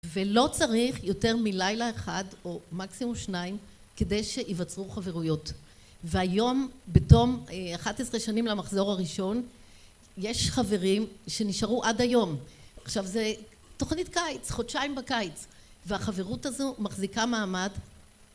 ולא צריך יותר מלילה אחד או מקסימום שניים כדי שיווצרו חברויות, והיום בתום 11 שנים למחזור הראשון יש חברים שנשארו עד היום, עכשיו זה תוכנית קיץ, חודשיים בקיץ והחברות הזו מחזיקה מעמד